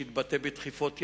שהתבטא בדחיפות ידיים,